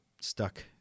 stuck